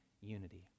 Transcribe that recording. unity